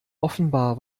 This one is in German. offenbar